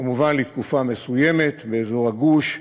כמובן לתקופה מסוימת, באזור הגוש.